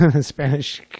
Spanish